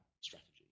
strategy